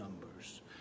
numbers